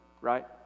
right